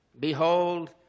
Behold